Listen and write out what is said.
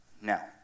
Now